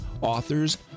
authors